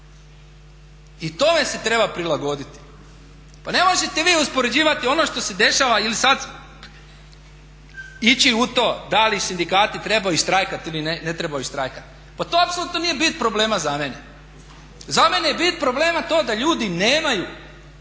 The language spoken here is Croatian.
i tome se treba prilagoditi. Pa ne možete vi uspoređivati ono što se dešava ili sad ići u to da li sindikati trebaju štrajkati ili ne trebaju štrajkati. Pa to apsolutno nije bit problema za mene. Za mene je bit problema to da ljudi nemaju